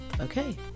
Okay